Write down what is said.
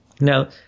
now